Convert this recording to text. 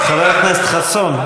חבר הכנסת חסון.